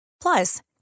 Plus